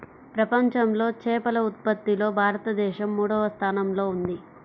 ప్రపంచంలో చేపల ఉత్పత్తిలో భారతదేశం మూడవ స్థానంలో ఉంది